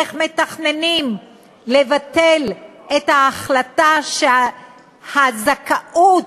איך מתכננים לבטל את ההחלטה שהזכאות